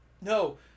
No